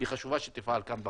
היא חשובה שתפעל כאן בכנסת.